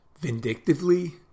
vindictively